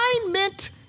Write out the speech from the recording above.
alignment